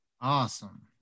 Awesome